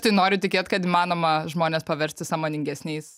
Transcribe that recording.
tai noriu tikėt kad įmanoma žmones paversti sąmoningesniais